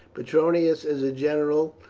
petronius is a general,